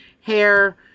hair